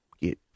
get